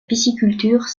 pisciculture